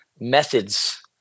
methods